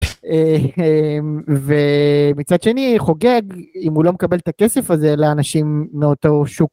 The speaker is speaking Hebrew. ומצד שני חוגג אם הוא לא מקבל את הכסף הזה לאנשים מאותו שוק